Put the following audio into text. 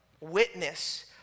witness